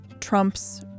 Trump's